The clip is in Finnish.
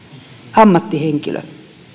ammattihenkilö